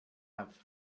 have